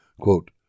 Quote